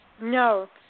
No